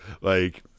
like-